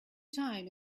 time